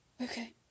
Okay